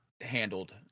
handled